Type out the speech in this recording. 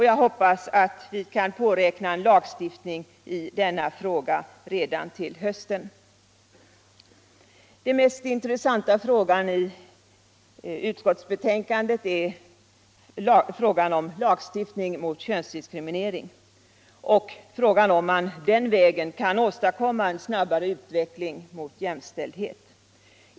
Jag hoppas att vi kan påräkna en lagstiftning på det området redan till hösten. Den mest intressanta frågan i utskottets betänkande är naturligtvis lagstiftning mot könsdiskriminering och huruvida man den vägen kan åstadkomma en snabbare utveckling i riktning mot jämställdhet.